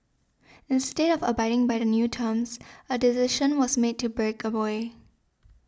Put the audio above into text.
instead of abiding by the new terms a decision was made to break away